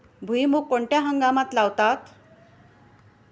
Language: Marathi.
भुईमूग कोणत्या हंगामात लावतात?